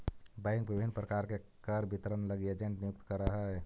bank विभिन्न प्रकार के कर वितरण लगी एजेंट नियुक्त करऽ हइ